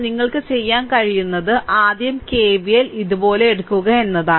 നിങ്ങൾക്ക് ചെയ്യാൻ കഴിയുന്നത് ആദ്യം KVL ഇതുപോലെ എടുക്കുക എന്നതാണ്